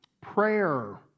prayer